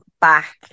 back